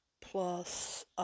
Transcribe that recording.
Plus